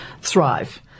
thrive